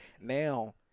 now